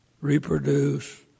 reproduce